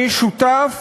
אני שותף